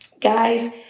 Guys